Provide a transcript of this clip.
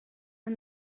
and